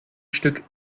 stück